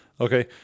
okay